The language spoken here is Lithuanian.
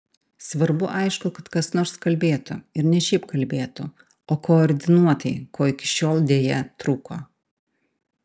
svarbu aišku kad kas nors kalbėtų ir ne šiaip kalbėtų o koordinuotai ko iki šiol deja trūko